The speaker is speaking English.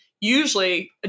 Usually